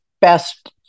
best